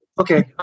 Okay